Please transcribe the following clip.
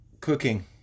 cooking